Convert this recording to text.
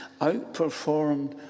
outperformed